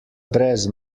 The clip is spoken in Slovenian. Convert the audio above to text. brez